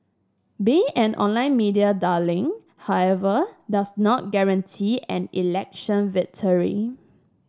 being an online media darling however does not guarantee an election victory